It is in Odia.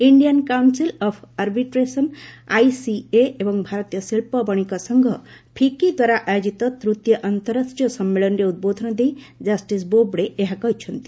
Indian council of arbitration ICA ଏବଂ ଭାରତୀୟ ଶିଳ୍ପ ବଶିକ ସଂଘ ଫିକିଦ୍ୱାରା ଆୟୋଜିତ ତୃତୀୟ ଅନ୍ତଃରାଷ୍ଟ୍ରୀୟ ସମ୍ମିଳନୀରେ ଉଦ୍ବୋଧନ ଦେଇ କଷ୍ଟିସ୍ ବୋବ୍ଡେ ଏହା କହିଛନ୍ତି